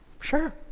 Sure